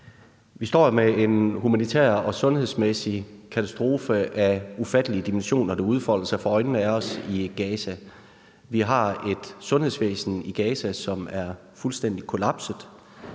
Vi står med en humanitær og sundhedsmæssig katastrofe af ufattelige dimensioner, der udfolder sig for øjnene af os, i Gaza. Vi har et sundhedsvæsen i Gaza, som er fuldstændig kollapset.